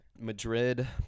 madrid